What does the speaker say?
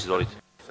Izvolite.